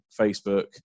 Facebook